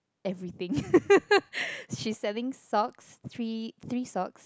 everything she's selling socks three three socks